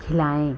खिलाएँ